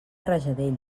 rajadell